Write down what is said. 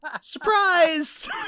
Surprise